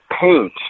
paint